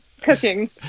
cooking